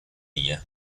ella